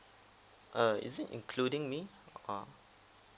err is it including me or